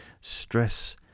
Stress